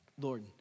Lord